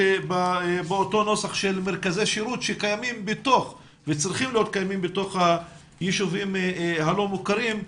באותו נוסח של מרכזי שירות שצריכים להיות קיימים בתוך היישובים הלא מוכרים,